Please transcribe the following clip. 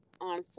On